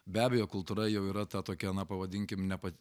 be abejo kultūra jau yra ta tokia na pavadinkim ne pati